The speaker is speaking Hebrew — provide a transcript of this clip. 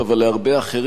שאין להם קרקעות,